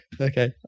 okay